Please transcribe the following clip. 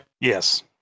Yes